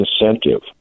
incentive